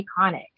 iconic